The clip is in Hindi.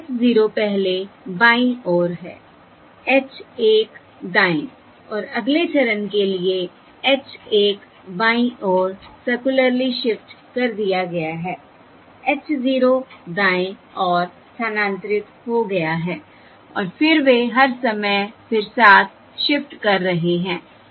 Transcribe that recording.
तो h 0 पहले बाईं ओर है h 1 दाएं और अगले चरण के लिए h 1 बाईं ओर सर्कुलरली शिफ्ट कर दिया गया है h 0 दाएं ओर स्थानांतरित हो गया है और फिर वे हर समय फिर साथ शिफ्ट कर रहे हैं